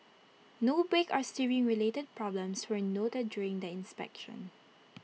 no brake or steering related problems were noted during the inspection